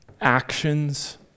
actions